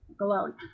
alone